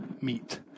meet